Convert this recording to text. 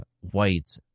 White